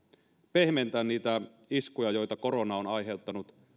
pehmentää niitä iskuja joita korona on aiheuttanut